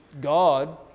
God